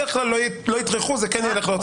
בדרך כלל לא יטרחו, זה כן ילך להוצאה לפועל.